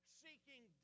seeking